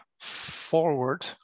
forward